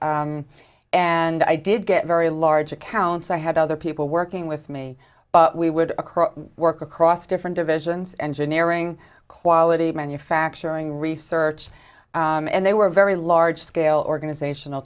pseuds and i did get very large accounts i had other people working with me we would across work across different divisions engineering quality manufacturing research and they were very large scale organizational